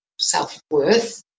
self-worth